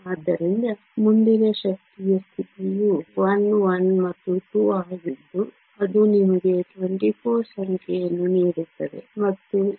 ಆದ್ದರಿಂದ ಮುಂದಿನ ಶಕ್ತಿಯ ಸ್ಥಿತಿಯು 1 1 ಮತ್ತು 2 ಆಗಿದ್ದು ಅದು ನಿಮಗೆ 24 ಸಂಖ್ಯೆಯನ್ನು ನೀಡುತ್ತದೆ ಮತ್ತು ಶಕ್ತಿಯು 2